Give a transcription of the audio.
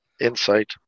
insight